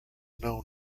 known